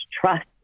trust